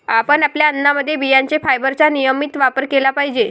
आपण आपल्या अन्नामध्ये बियांचे फायबरचा नियमित वापर केला पाहिजे